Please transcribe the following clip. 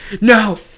No